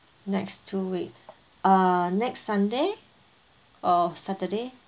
next two week uh next sunday or saturday